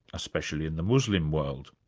especially in the muslim world.